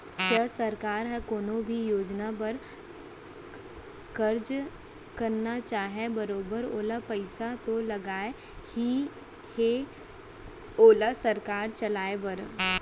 च सरकार ह कोनो भी योजना बर कारज करना चाहय बरोबर ओला पइसा तो लगना ही हे ओला सरलग चलाय बर